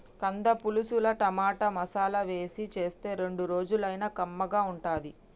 కంద పులుసుల టమాటా, మసాలా వేసి చేస్తే రెండు రోజులైనా కమ్మగా ఉంటది